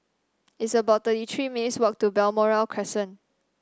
it's about thirty three minutes' walk to Balmoral Crescent